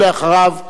ואחריו,